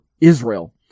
Israel